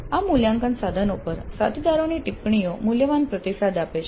આ મૂલ્યાંકન સાધનો પર સાથીદારોની ટિપ્પણીઓ મૂલ્યવાન પ્રતિસાદ આપે છે